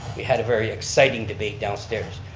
we had a very exciting debate downstairs.